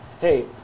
hey